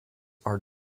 are